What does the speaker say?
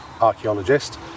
archaeologist